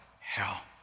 hell